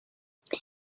iki